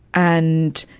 and,